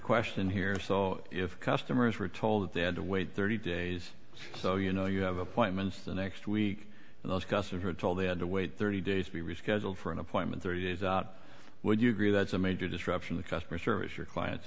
question here so if customers were told that they had to wait thirty days so you know you have appointments the next week and those gusts of her told they had to wait thirty days to be rescheduled for an appointment thirty days out would you agree that's a major disruption the customer service your clients